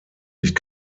nicht